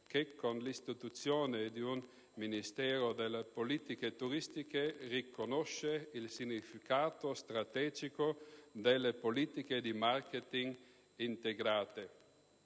di istituzione di un Ministero delle politiche turistiche, riconosce il significato strategico delle politiche di *marketing* integrate.